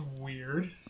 weird